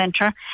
centre